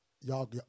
y'all